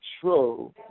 true